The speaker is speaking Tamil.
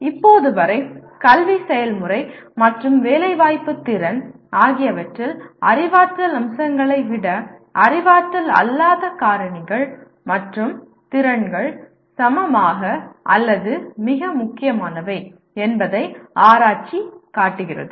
இப்போது வரை கல்வி செயல்முறை மற்றும் வேலைவாய்ப்பு திறன் ஆகியவற்றில் அறிவாற்றல் அம்சங்களை விட அறிவாற்றல் அல்லாத காரணிகள் மற்றும் திறன்கள் சமமாக அல்லது மிக முக்கியமானவை என்பதை ஆராய்ச்சி காட்டுகிறது